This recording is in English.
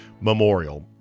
Memorial